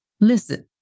Listen